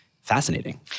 fascinating